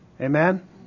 Amen